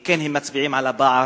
כן מצביעים על הפער